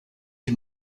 die